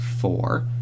four